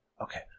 Okay